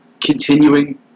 continuing